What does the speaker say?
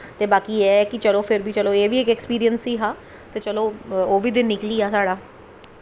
ते बाकी चलो एह् बी इक ऐक्सपिरिंस ही हा ते चलो ओह् बी दिन निकलियां साढ़ा